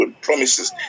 promises